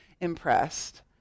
impressed